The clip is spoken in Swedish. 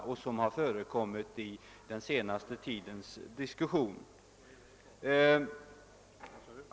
Det har också givit anledning till diskussion under den senaste tiden.